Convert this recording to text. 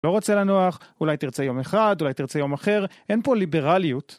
לא רוצה לנוח, אולי תרצה יום אחד, אולי תרצה יום אחר, אין פה ליברליות.